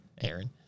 Aaron